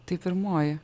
tai pirmoji